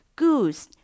goose